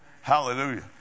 Hallelujah